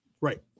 right